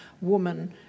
woman